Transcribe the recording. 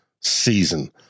season